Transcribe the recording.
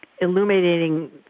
illuminating